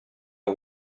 est